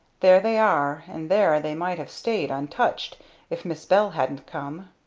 there they are and there they might have stayed, untouched if miss bell hadn't come!